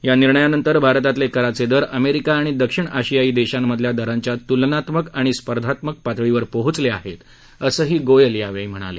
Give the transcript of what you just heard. या निर्णयानंतर भारतातले कराचे दर अमेरिका आणि दक्षिण आयिशायी देशांमधल्या दरांच्या तुलनात्मक आणि स्पर्धात्मक पातळीवर पोहोचले आहेत असंही गोयल यावेळी म्हणाले